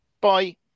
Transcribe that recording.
Bye